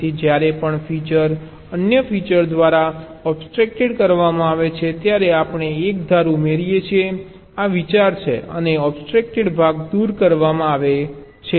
તેથી જ્યારે પણ ફીચર અન્ય ફીચર દ્વારા ઓબસ્ટ્રક્ટેડ કરવામાં આવે છે ત્યારે આપણે એક ધાર ઉમેરીએ છીએ આ વિચાર છે અને ઓબસ્ટ્રક્ટેડ ભાગ દૂર કરવામાં આવે છે